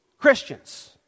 Christians